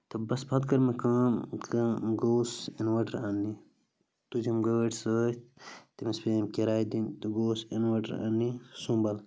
تہٕ بَس پَتہٕ کٔر مےٚ کٲم گوٚوُس اِنوٲٹَر اَننہِ تُجِم گٲڑۍ سۭتۍ تٔمِس پیٚیَم کِراے دِنۍ تہٕ گوٚوُس اِنوٲٹَر اَننہِ سُمبل